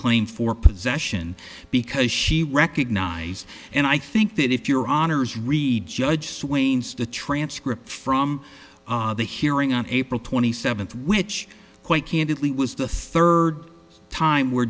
claim for possession because she recognized and i think that if your honour's read judge swain's the transcript from the hearing on april twenty seventh which quite candidly was the third time were